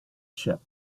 chip